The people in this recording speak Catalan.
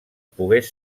pogués